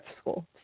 School